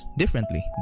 differently